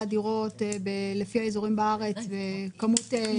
הדירות לפי האזורים בארץ וכמות מבקשי ההלוואות?